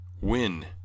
win